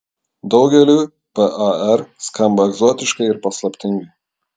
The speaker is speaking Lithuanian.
daugeliui par skamba egzotiškai ir paslaptingai